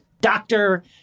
doctor